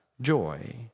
joy